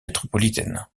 métropolitaine